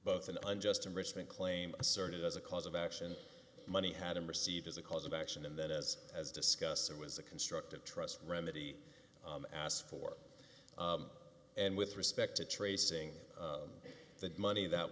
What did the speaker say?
both an unjust enrichment claim asserted as a cause of action money hadn't received as a cause of action and then as has discussed there was a constructive trust remedy asked for and with respect to tracing the money that